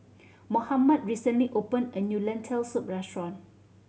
Mohammad recently opened a new Lentil Soup restaurant